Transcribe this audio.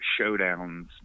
showdowns